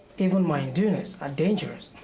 even my indunas are dangerous. errh,